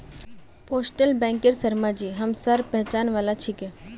postal बैंकेर शर्माजी हमसार पहचान वाला छिके